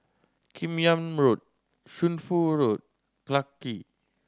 Kim Yam Road Shunfu Road Clarke